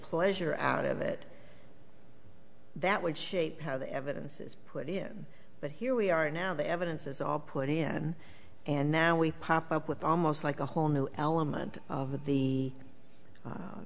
pleasure out of it that would shape how the evidence is put in but here we are now the evidence is all put in and now we pop up with almost like a whole new element of the